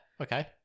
Okay